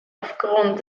aufgrund